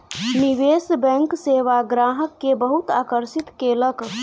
निवेश बैंक सेवा ग्राहक के बहुत आकर्षित केलक